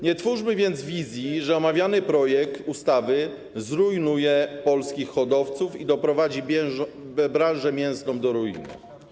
Nie twórzmy więc wizji, że omawiany projekt ustawy zrujnuje polskich hodowców i doprowadzi branżę mięsną do ruiny.